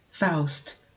faust